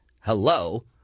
Hello